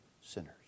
sinners